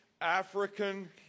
African